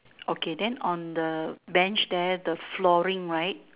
okay then on the Bench there the flooring right